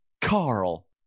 Carl